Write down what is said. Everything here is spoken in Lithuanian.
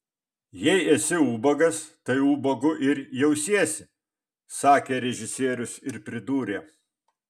jei esi ubagas tai ubagu ir jausiesi sakė režisierius ir pridūrė